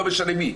לא משנה מי,